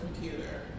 computer